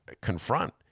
confront